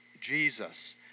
Jesus